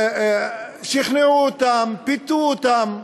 שכנעו אותם, פיתו אותם,